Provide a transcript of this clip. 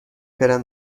برم